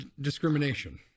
discrimination